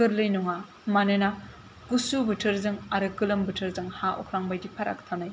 गोरलै नङा मानोना गुसु बोथोरजों आरो गोलोम बोथोरजों हा अख्रांनि बायदि फाराग थानाय